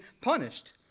punished